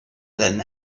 than